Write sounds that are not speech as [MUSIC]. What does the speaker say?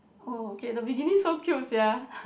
oh okay the beginning so cute sia [BREATH]